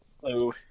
hello